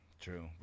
True